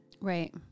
Right